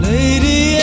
Lady